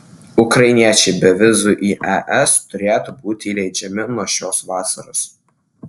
ukrainiečiai be vizų į es turėtų būti įleidžiami nuo šios vasaros